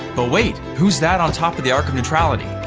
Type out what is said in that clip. ah wait, who's that on top of the arch of neutrality?